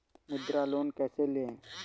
मुद्रा लोन कैसे ले?